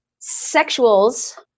sexuals